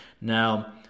Now